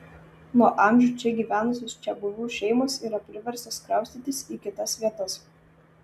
nuo amžių čia gyvenusios čiabuvių šeimos yra priverstos kraustytis į kitas vietas